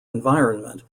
environment